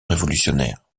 révolutionnaire